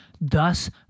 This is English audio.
thus